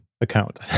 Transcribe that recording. account